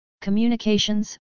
communications